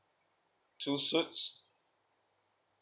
two suits